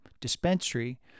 dispensary